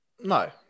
no